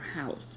house